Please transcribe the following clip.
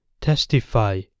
Testify